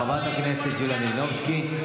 חברת הכנסת יוליה מלינובסקי.